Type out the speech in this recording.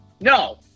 No